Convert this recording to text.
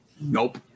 Nope